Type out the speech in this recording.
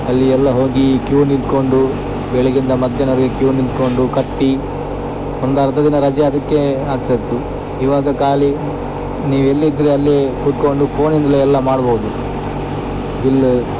ಅಲ್ಲಿ ಎಲ್ಲ ಹೋಗಿ ಕ್ಯೂ ನಿಂತ್ಕೊಂಡು ಬೆಳಗ್ಗೆಯಿಂದ ಮಧ್ಯಾಹ್ನವರ್ಗೆ ಕ್ಯೂ ನಿತ್ಕೊಂಡು ಕಟ್ಟಿ ಒಂದು ಅರ್ಧ ದಿನ ರಜೆ ಅದಕ್ಕೆ ಆಗ್ತಿತ್ತು ಇವಾಗ ಖಾಲಿ ನೀವು ಎಲ್ಲಿದ್ರಿ ಅಲ್ಲಿ ಕುತ್ಕೊಂಡು ಫೋನಿಂದ್ಲೇ ಎಲ್ಲ ಮಾಡ್ಬೋದು ಬಿಲ್ಲು